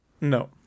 No